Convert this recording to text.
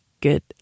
good